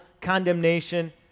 condemnation